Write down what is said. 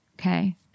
okay